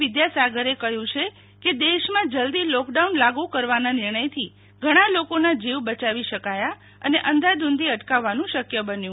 વિદ્યાસાગરે કહ્યું છે કે દેશમાં જલ્દી લોકડાઉન લાગુ કરવાના નિર્ણયથી ઘણાં લોકોના જીવ બચાવી શકાયા અને અંધાધૂંધી અટકાવવાનું શક્ય બન્યું